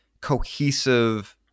cohesive